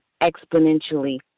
exponentially